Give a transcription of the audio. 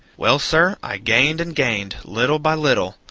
well, sir, i gained and gained, little by little,